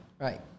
right